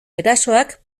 erasoak